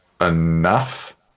enough